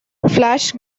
flash